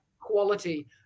quality